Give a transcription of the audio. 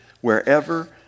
wherever